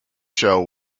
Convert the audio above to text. show